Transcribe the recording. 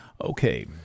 Okay